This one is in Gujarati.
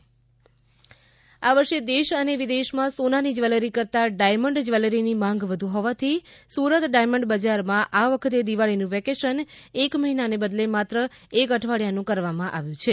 હીરા ઉદ્યોગ આ વર્ષે દેશ અને વિદેશમાં સોનાની જવેલરી કરતા ડાયમંડ જવેલરીની માંગ વધુ હોવાથી સુરત ડાયમંડ બજારમાં આ વખતે દિવાળીનુ વેકેશન એક મહિનાને બદલે માત્ર એક અઠવાડીયાનું કરવામાં આવ્યુ છે